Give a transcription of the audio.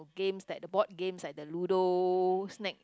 games that the board games like the Ludo snake